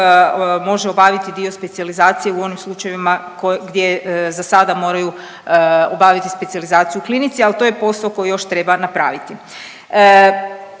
može obaviti dio specijalizacije u onim slučajevima gdje za sada moraju obaviti specijalizaciju u klinici, ali to je posao koji još treba napraviti.